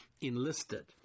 enlisted